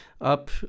up